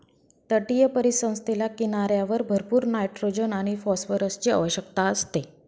तटीय परिसंस्थेला किनाऱ्यावर भरपूर नायट्रोजन आणि फॉस्फरसची आवश्यकता असते